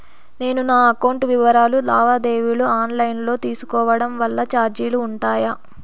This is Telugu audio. నేను నా అకౌంట్ వివరాలు లావాదేవీలు ఆన్ లైను లో తీసుకోవడం వల్ల చార్జీలు ఉంటాయా?